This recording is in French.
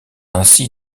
ainsi